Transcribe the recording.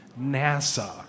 NASA